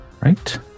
right